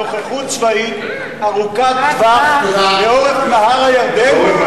נוכחות צבאית ארוכת טווח לאורך נהר הירדן.